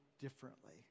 differently